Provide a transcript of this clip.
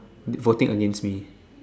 voting against me